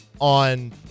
on